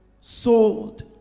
sold